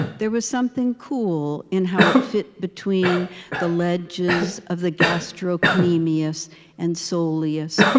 there was something cool in how it fit between the ledges of the gastrocnemius and soleus,